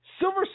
Silver